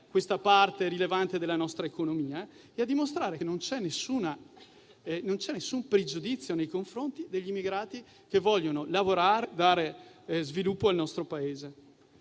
questa parte rilevante della nostra economia. Ciò, altresì, a dimostrare che non c'è alcun pregiudizio nei confronti degli immigrati che vogliono lavorare e dare sviluppo al nostro Paese.